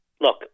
look